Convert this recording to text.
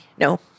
No